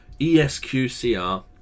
ESQCR